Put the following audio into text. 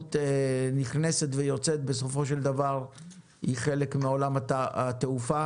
ותיירות נכנסת ויוצאת בסופו של דבר היא חלק מעולם התעופה.